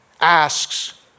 asks